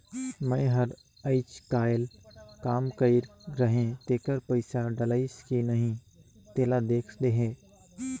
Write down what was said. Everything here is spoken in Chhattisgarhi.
मै हर अईचकायल काम कइर रहें तेकर पइसा डलाईस कि नहीं तेला देख देहे?